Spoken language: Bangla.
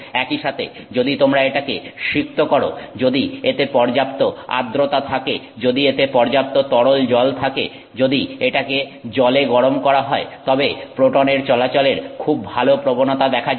একই সাথে যদি তোমরা এটাকে সিক্ত করো যদি এতে পর্যাপ্ত আদ্রতা থাকে যদি এতে পর্যাপ্ত তরল জল থাকে যদি এটাকে জলে গরম করা হয় তবে প্রোটনের চলাচলের খুব ভালো প্রবণতা দেখা যায়